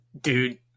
dude